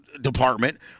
department